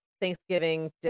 Thanksgiving